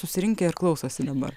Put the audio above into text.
susirinkę ir klausosi dabar